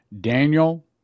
Daniel